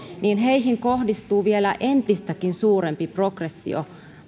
niin heihin kohdistuu vielä entistäkin suurempi progressio